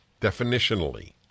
definitionally